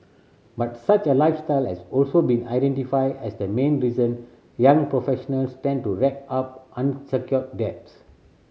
but such a lifestyle has also been identified as the main reason young professionals tend to rack up unsecured debts